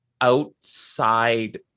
outside